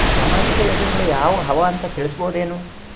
ಸಾಮಾಜಿಕ ಯೋಜನೆಗಳು ಯಾವ ಅವ ಅಂತ ತಿಳಸಬಹುದೇನು?